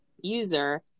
user